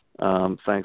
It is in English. Thanks